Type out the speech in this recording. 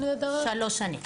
שלוש שנים.